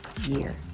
year